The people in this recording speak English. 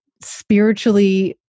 spiritually